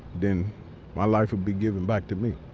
then my life will be given back to me.